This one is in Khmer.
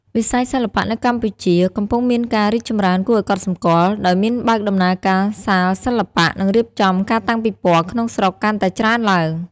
វិស័យសិល្បៈនៅកម្ពុជាកំពុងមានការរីកចម្រើនគួរឲ្យកត់សម្គាល់ ដោយមានបើកដំណើរការសាលសិល្បៈ និងរៀបចំការតាំងពិពណ៌ក្នុងស្រុកកាន់តែច្រើនឡើង។